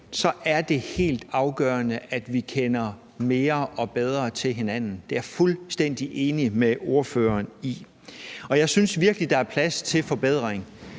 så er det helt afgørende, at vi kender mere og bedre til hinanden. Det er jeg fuldstændig enig med ordføreren i. Og jeg synes virkelig, at der er plads til forbedring,